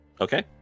Okay